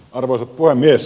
arvoisa puhemies